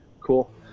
Cool